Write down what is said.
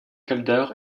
calder